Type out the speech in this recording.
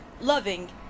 loving